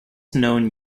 known